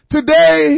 Today